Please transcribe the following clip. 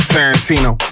Tarantino